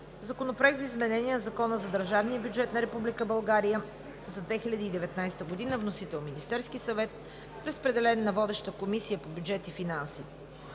Законопроект за изменение на Закона за държавния бюджет на Република България за 2019 г. Вносител е Министерският съвет. Разпределен е на водещата Комисия по бюджет и финанси.